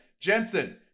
Jensen